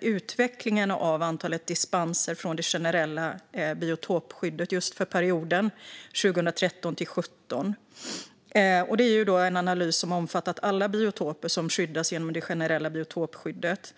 utvecklingen av antalet dispenser från det generella biotopskyddet för perioden 2013-2017, som presenterades 2018. Det är då en analys som omfattat alla biotoper som skyddas genom det generella biotopskyddet.